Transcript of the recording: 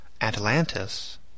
Atlantis